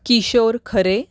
Kishore Khare